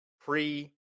pre